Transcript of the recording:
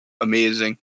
amazing